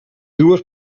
dues